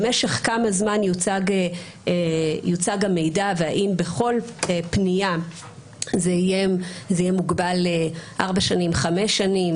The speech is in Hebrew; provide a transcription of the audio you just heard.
למשך כמה זמן יוצג המידע ואם בכל פניה זה יהיה מוגבל 4 שנים 5 שנים?